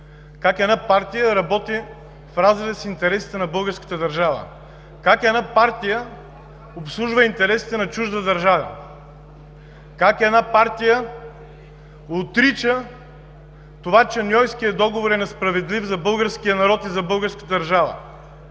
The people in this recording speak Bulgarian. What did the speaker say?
как една партия работи в разрез с интересите на българската държава, как една партия обслужва интересите на чужда държава, как една партия отрича това, че Ньойският договор е несправедлив за българския народ и за българската държава!